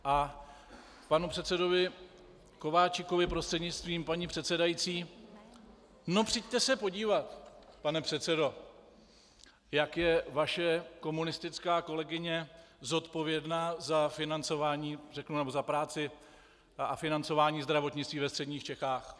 A panu předsedovi Kováčikovi prostřednictvím paní předsedající: No, přijďte se podívat, pane předsedo, jak je vaše komunistická kolegyně zodpovědná za financování, nebo za práci a financování zdravotnictví ve středních Čechách.